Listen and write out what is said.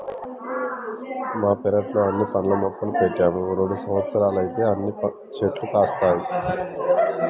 మా పెరట్లో అన్ని పండ్ల మొక్కలు పెట్టాము రెండు సంవత్సరాలైతే అన్ని చెట్లు కాస్తాయి